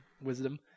wisdom